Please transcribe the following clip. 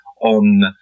on